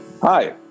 Hi